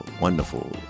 wonderful